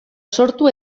sortu